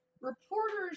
reporters